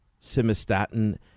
Simistatin